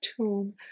tomb